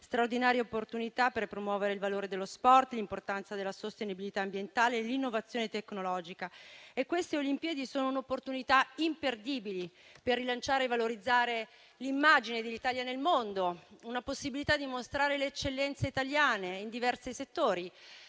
straordinaria opportunità per promuovere il valore dello sport, l'importanza della sostenibilità ambientale e l'innovazione tecnologica. Queste Olimpiadi sono un'opportunità imperdibile per rilanciare e valorizzare l'immagine dell'Italia nel mondo, la possibilità di mostrare le eccellenze italiane in diverse settori: